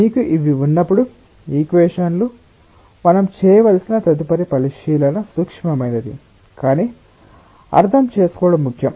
మీకు ఇవి ఉన్నప్పుడు ఈక్వేషన్లు మనం చేయవలసిన తదుపరి పరిశీలన సూక్ష్మమైనది కానీ అర్థం చేసుకోవడం ముఖ్యం